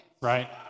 right